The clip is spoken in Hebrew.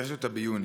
הגשתי אותה ביוני.